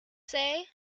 say